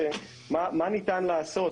מה ניתן לעשות,